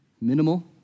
Minimal